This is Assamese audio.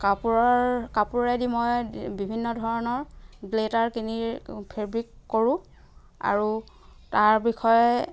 কাপোৰৰ কাপোৰেদি মই বিভিন্ন ধৰণৰ ব্লেডাৰ কিনি ফেব্ৰিক কৰোঁ আৰু তাৰ বিষয়ে